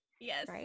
Yes